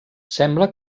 sembla